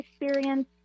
experience